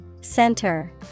Center